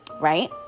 right